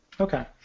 Okay